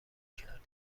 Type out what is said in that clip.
کردیم